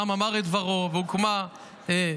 העם אמר את דברו והוקמה קואליציה,